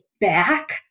back